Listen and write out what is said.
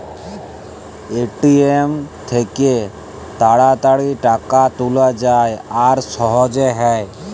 ATM থ্যাইকে তাড়াতাড়ি টাকা তুলা যায় আর সহজে হ্যয়